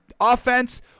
offense